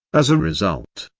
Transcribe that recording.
as a result,